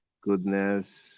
goodness